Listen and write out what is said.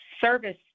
service